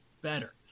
better